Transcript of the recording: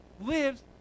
lives